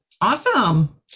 awesome